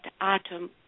atom